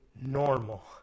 normal